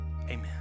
amen